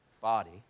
body